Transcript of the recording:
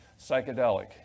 Psychedelic